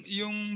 yung